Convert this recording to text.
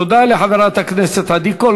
תודה לחברת הכנסת עדי קול.